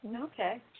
Okay